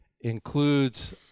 includes